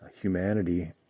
humanity